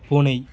பூனை